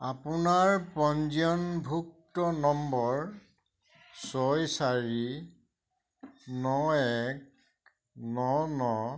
আপোনাৰ পঞ্জীয়নভুক্ত নম্বৰ ছয় চাৰি ন এক ন ন